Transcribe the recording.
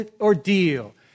ordeal